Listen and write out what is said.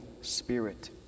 Spirit